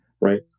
Right